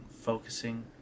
focusing